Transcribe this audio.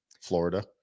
Florida